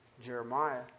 Jeremiah